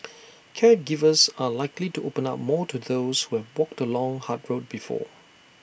caregivers are likely to open up more to those who have walked the long hard road before